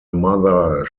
mother